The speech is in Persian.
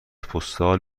پستال